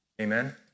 Amen